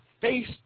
face